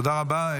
תודה רבה.